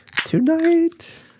Tonight